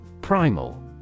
Primal